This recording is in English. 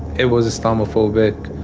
it was islamophobic.